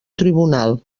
tribunal